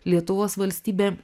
lietuvos valstybė